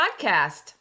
podcast